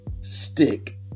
Stick